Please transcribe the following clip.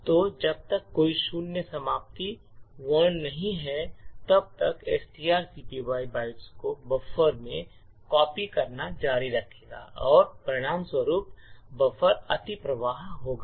तो जब तक कोई शून्य समाप्ति वर्ण नहीं है तब तक strcpy बाइट को बफ़र में कॉपी करना जारी रखेगा और परिणामस्वरूप बफर अतिप्रवाह होगा